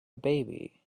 baby